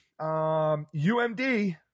umd